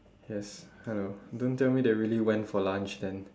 yes hello don't tell me they really went for lunch then